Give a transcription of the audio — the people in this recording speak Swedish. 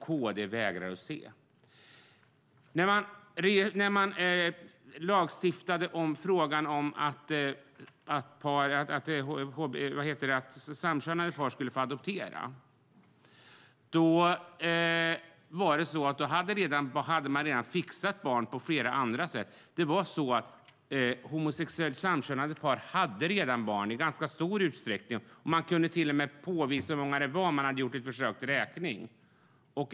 KD vägrar att se det. När det lagstiftades att samkönade par skulle få adoptera hade många redan fixat barn på andra sätt. Homosexuellt samkönade par hade barn i ganska stor utsträckning. Det kunde till och med påvisas hur många det var. Det hade gjorts försök att räkna dem.